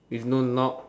with no knob